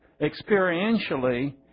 experientially